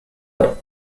but